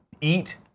eat